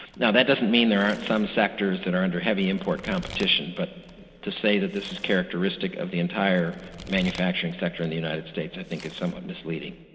now that doesn't mean there aren't some sectors that are under heavy import competition but to say that this is characteristic of the entire manufacturing sector in the united states i think is somewhat misleading.